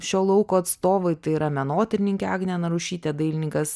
šio lauko atstovai tai yra menotyrininkė agnė narušytė dailininkas